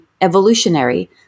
evolutionary